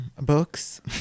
Books